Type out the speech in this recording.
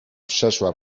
przeszła